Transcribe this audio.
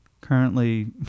currently